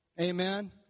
Amen